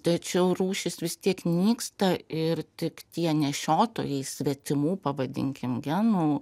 tačiau rūšis vis tiek nyksta ir tik tie nešiotojai svetimų pavadinkim genų